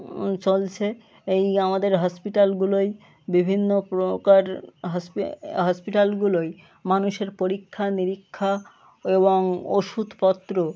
চলছে এই আমাদের হসপিটালগুলোই বিভিন্ন প্রকার হসপিটালগুলোই মানুষের পরীক্ষা নিরীক্ষা এবং ওষুধপত্র